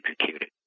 executed